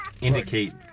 indicate